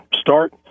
start